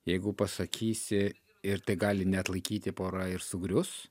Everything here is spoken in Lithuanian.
jeigu pasakysi ir tai gali neatlaikyti pora ir sugrius